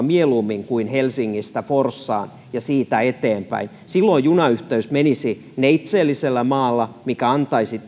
mieluummin kuin helsingistä forssaan ja siitä eteenpäin silloin junayhteys menisi neitseellisellä maalla mikä antaisi tilaa